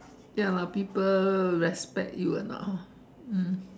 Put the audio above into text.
ya lah people respect you or not hor mm